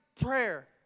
prayer